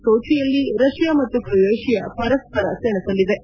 ಸೋಚಿಯಲ್ಲಿ Russia ಮತ್ತು Croatia ಪರಸ್ವರ ಸೆಣಸಲಿವೆ